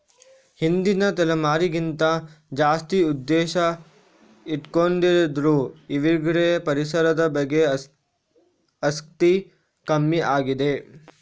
ಹಿಂದಿನ ತಲೆಮಾರಿಗಿಂತ ಜಾಸ್ತಿ ಉದ್ದೇಶ ಇಟ್ಕೊಂಡಿದ್ರು ಇವ್ರಿಗೆ ಪರಿಸರದ ಬಗ್ಗೆ ಆಸಕ್ತಿ ಕಮ್ಮಿ ಆಗಿದೆ